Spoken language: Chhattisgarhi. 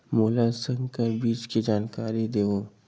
मोला संकर बीज के जानकारी देवो?